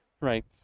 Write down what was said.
Right